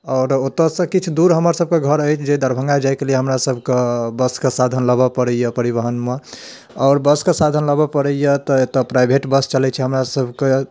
आओर ओतऽसँ किछु दूर हमरसभके घर अछि जे दरभङ्गा जाइकेलिए हमरासभके बसके साधन लेबऽ पड़ैए परिवहनमे आओर बसके साधन लेबऽ पड़ैए तऽ एतऽ प्राइवेट बस चलै छै हमरासभके